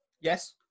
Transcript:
Yes